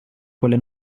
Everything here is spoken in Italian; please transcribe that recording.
quelle